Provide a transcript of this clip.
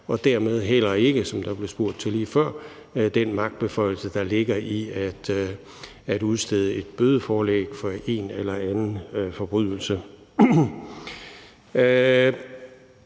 og dermed heller ikke, som der blev spurgt til lige før, den magtbeføjelse, der ligger i at udstede et bødeforelæg for en eller anden forbrydelse.